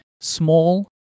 small